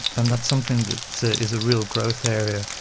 and that's something that is a real growth area,